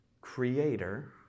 Creator